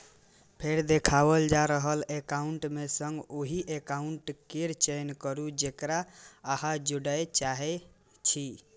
फेर देखाओल जा रहल एकाउंट मे सं ओहि एकाउंट केर चयन करू, जेकरा अहां जोड़य चाहै छी